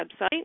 website